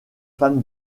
femme